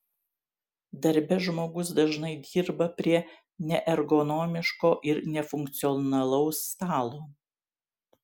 darbe žmogus dažnai dirba prie neergonomiško ir nefunkcionalaus stalo